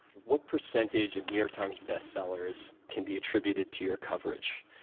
what percentage of new york times bestsellers can be attributed to your coverage?